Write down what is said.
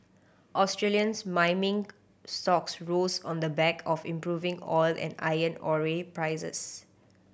Australians mining stocks rose on the back of improving oil and iron ore prices